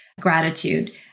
gratitude